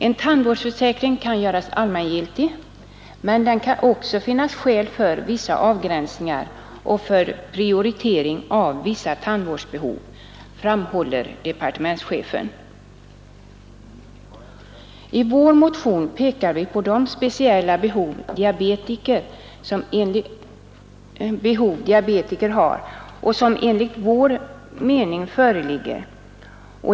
En tandvårdsförsäkring kan göras allmängiltig, men det kan också finnas skäl för vissa avgränsningar och för prioritering av vissa tandvårdsbehov, framhåller departementschefen. I vår motion pekar vi på de speciella behov diabetiker har av en god tandvård.